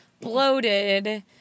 bloated